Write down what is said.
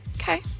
Okay